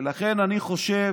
ולכן, אני חושב,